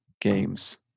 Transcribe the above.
games